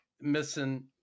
missing